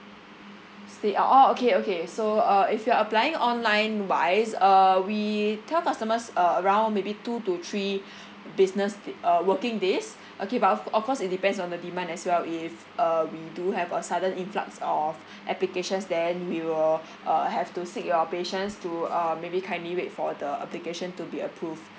stay out orh okay okay so uh if you're applying online wise uh we tell customers uh around maybe two to three business di~ uh working days okay but of of course it depends on the demand as well if uh we do have a sudden influx of applications then we will uh have to seek your patience to uh maybe kindly wait for the application to be approved